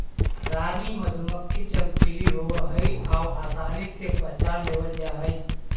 रानी मधुमक्खी चमकीली होब हई आउ आसानी से पहचान लेबल जा हई